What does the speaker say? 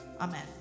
Amen